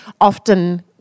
often